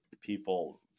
people